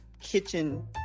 kitchen